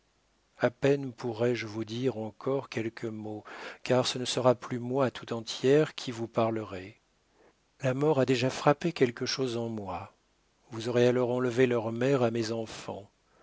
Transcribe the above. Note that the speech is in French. a peine pourrai-je vous dire encore quelques mots car ce ne sera plus moi tout entière qui vous parlerai la mort a déjà frappé quelque chose en moi vous aurez alors enlevé leur mère à mes enfants